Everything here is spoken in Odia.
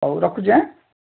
ହଉ ରଖୁଛି ଆଁ